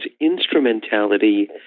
instrumentality